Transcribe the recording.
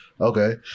okay